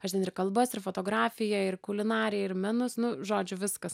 aš ten ir kalbas ir fotografiją ir kulinariją ir menus nu žodžiu viskas